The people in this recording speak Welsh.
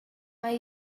mae